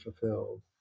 fulfilled